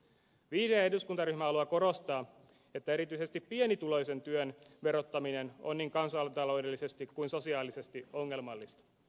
vihreä eduskuntaryhmä haluaa korostaa että erityisesti pienituloisten työn verottaminen on niin kansantaloudellisesti kuin sosiaalisesti ongelmallista